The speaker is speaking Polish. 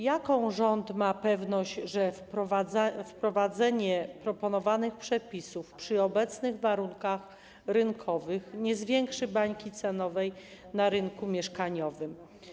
Jaką rząd ma pewność, że wprowadzenie proponowanych przepisów przy obecnych warunkach rynkowych nie zwiększy bańki cenowej na rynku mieszkaniowym?